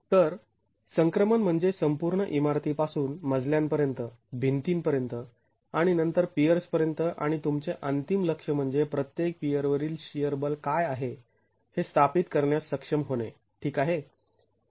तर संक्रमण म्हणजे संपूर्ण इमारती पासून मजल्या पर्यंत भिंतीपर्यंत आणि नंतर पियर्स पर्यंत आणि तुमचे अंतिम लक्ष्य म्हणजे प्रत्येक पियर वरील शिअर बल काय आहे हे स्थापित करण्यास सक्षम होणे ठीक आहे